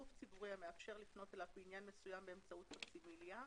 גוף ציבורי המאפשר לפנות אליו בעניין מסוים באמצעות פקסימיליה,